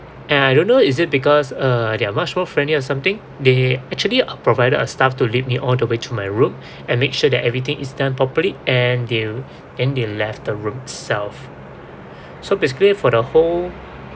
and I don't know is it because uh they are much more friendly or something they actually provided a staff to lead me all the way to my room and make sure that everything is done properly and they then they left the room itself so basically for the whole